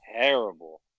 Terrible